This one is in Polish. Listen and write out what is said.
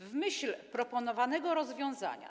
W myśl proponowanego rozwiązania.